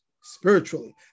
spiritually